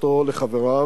לחברי הכנסת,